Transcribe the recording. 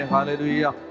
Hallelujah